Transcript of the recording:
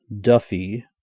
Duffy